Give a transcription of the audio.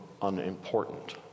unimportant